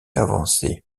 avancés